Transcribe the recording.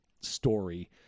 story